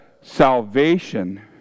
salvation